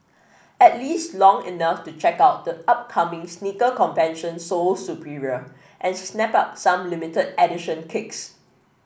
at least long enough to check out the upcoming sneaker convention Sole Superior and snap up some limited edition kicks